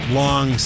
long